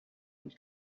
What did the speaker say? del